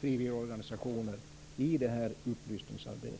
frivilligorganisationernas upplysningsarbete.